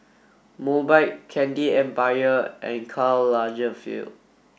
Mobike Candy Empire and Karl Lagerfeld